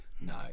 No